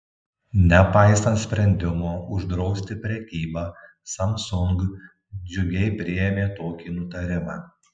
nepaisant sprendimo uždrausti prekybą samsung džiugiai priėmė tokį nutarimą